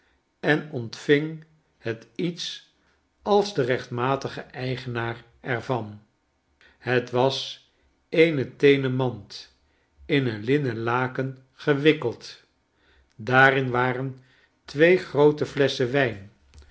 en ontving het iets als de rechtmatige eigenaar er van het was eene teenen mand in een linnen laken gewikkeld daarin waren twee groote flesschen wijn